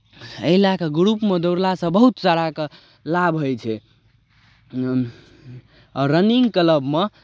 एहि लए कऽ ग्रुपमे दौड़लासँ बहुत साराके लाभ होइ छै आओर रनिंग क्लबमे